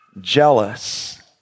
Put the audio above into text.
jealous